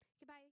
Goodbye